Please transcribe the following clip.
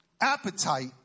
Appetite